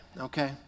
okay